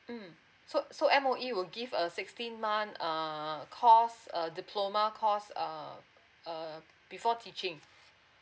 mm so so M_O_E will give a sixteen month ah cost uh diploma course uh uh before teaching